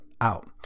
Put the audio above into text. out